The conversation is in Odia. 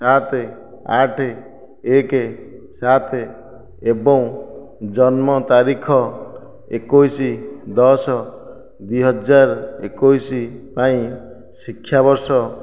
ସାତ ଆଠ ଏକ ସାତ ଏବଂ ଜନ୍ମ ତାରିଖ ଏକୋଇଶ ଦଶ ଦୁଇହଜାର ଏକୋଇଶ ପାଇଁ ଶିକ୍ଷାବର୍ଷ